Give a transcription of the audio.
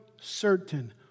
certain